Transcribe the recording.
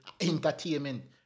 entertainment